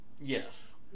Yes